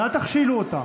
ואל תכשילו אותה.